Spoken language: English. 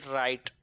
right